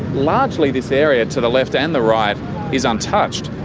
largely this area to the left and the right is untouched.